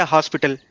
Hospital